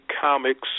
comics